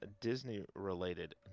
Disney-related